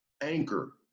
Anchor